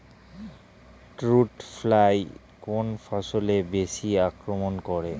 Fruit fly কোন ফসলে বেশি আক্রমন করে?